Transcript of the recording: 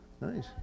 Nice